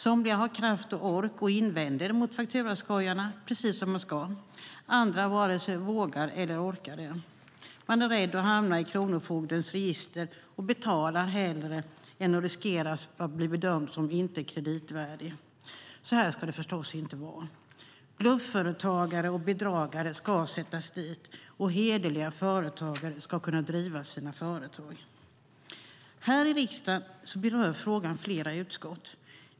Somliga har kraft och ork och invänder mot fakturaskojarna, precis som man ska. Andra varken vågar eller orkar det. Man är rädd att hamna i kronofogdens register och betalar hellre än riskerar att bli bedömd som icke kreditvärdig. Så ska det förstås inte vara. Blufföretagare och bedragare ska sättas dit, och hederliga företagare ska kunna driva sina företag. Här i riksdagen berör frågan flera utskott.